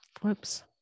whoops